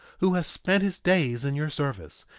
who has spent his days in your service,